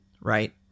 right